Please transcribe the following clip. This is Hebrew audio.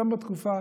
גם בתקופה